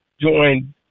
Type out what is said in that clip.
joined